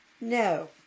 No